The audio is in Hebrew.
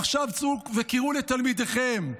עכשיו צאו וקראו לתלמידיכם,